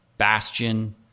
Bastion